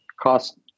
cost